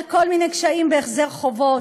על כל מיני קשיים בהחזר חובות.